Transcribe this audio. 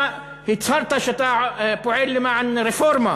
אתה הצהרת שאתה פועל למען רפורמה